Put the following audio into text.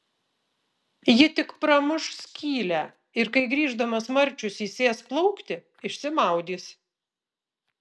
ji tik pramuš skylę ir kai grįždamas marčius įsės plaukti išsimaudys